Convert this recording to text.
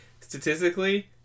statistically